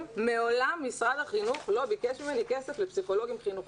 ומעולם משרד החינוך לא ביקש ממנו כסף לפסיכולוגים חינוכיים.